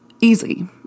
easy